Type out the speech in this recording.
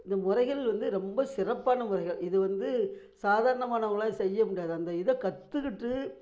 இந்த முறைகள் வந்து ரொம்ப சிறப்பான முறைகள் இது வந்து சாதாரணமானவங்கள்லாம் செய்ய முடியாது அந்த இதை கற்றுக்கிட்டு